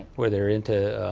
where they're into,